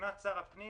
מבחינת שר הפנים